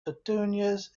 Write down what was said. petunias